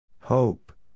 Hope